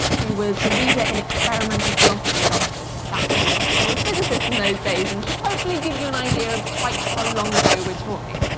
who was a reader in experimental philosophy at oxford. that's what they used to call physicists in those days, and should hopefully give you an idea of quite how long ago we're talking.